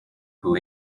who